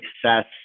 success